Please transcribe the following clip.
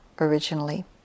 originally